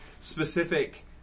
specific